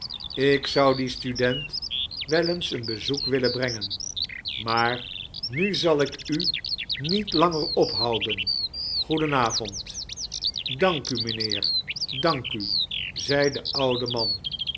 ik zou dien student wel eens een bezoek willen brengen maar nu zal ik u niet langer ophouden goeden avond dank u mijnheer dank u zei de oude man